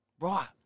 right